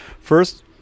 First